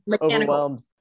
overwhelmed